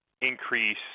increase